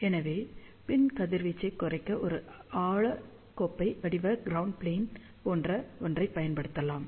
எனவே பின் கதிர்வீச்சைக் குறைக்க ஒரு ஆழ கோப்பை வடிவ க்ரௌண்ட் ப்ளேன் போன்ற ஒன்றைப் பயன்படுத்தலாம்